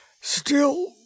Still